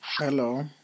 Hello